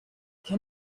can